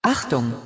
Achtung